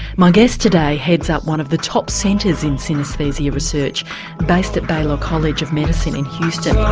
my guest today heads up one of the top centres in synesthesia research based at baylor college of medicine in houston.